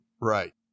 Right